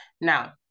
now